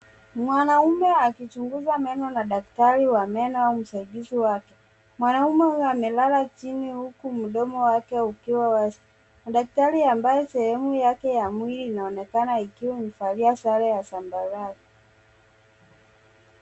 Mwanaume akichunguza meno na daktari ya meno au msaidizi wake. Mwanaume huyu amelala chini huku mdomo wake ukiwa wazi na daktari ambaye sehemu yake mwili inaonekana ikiwa amevalia sare ya sambarau.